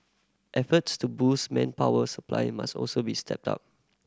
efforts to boost manpower supply must also be stepped up